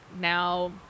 now